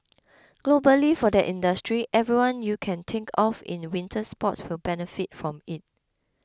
globally for that industry everyone you can think of in winter sports will benefit from it